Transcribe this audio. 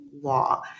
law